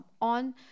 on